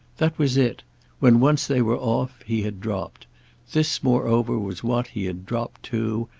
that was it when once they were off he had dropped this moreover was what he had dropped to,